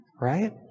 right